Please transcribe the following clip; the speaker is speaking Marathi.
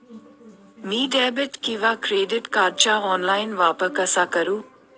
मी डेबिट किंवा क्रेडिट कार्डचा ऑनलाइन वापर कसा करु?